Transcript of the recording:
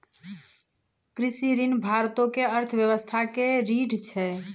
कृषि ऋण भारतो के अर्थव्यवस्था के रीढ़ छै